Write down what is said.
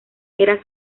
era